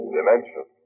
Dimension